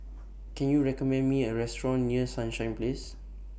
Can YOU recommend Me A Restaurant near Sunshine Place